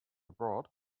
abroad